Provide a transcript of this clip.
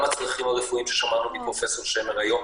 מהצרכים הרפואיים ששמענו מפרופסור שמר היום,